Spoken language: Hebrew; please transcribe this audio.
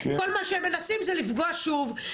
כל מה שהם מנסים זה לפגוע שוב.